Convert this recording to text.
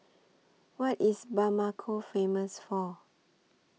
What IS Bamako Famous For